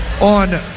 on